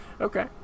Okay